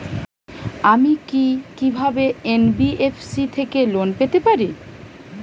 আমি কি কিভাবে এন.বি.এফ.সি থেকে লোন পেতে পারি?